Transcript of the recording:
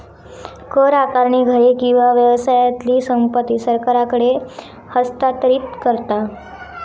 कर आकारणी घरे किंवा व्यवसायातली संपत्ती सरकारकडे हस्तांतरित करता